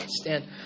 stand